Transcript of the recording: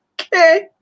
Okay